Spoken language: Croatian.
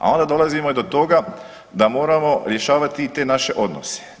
A onda dolazimo do toga da moramo rješavati i te naše odnose.